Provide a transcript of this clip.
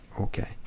okay